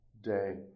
day